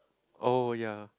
oh ya